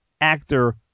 actor